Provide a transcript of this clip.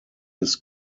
his